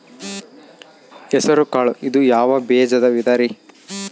ಹೆಸರುಕಾಳು ಇದು ಯಾವ ಬೇಜದ ವಿಧರಿ?